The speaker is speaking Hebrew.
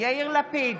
יאיר לפיד,